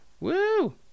Woo